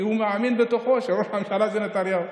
כי הוא מאמין בתוכו שראש הממשלה זה נתניהו.